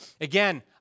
Again